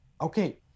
okay